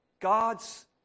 God's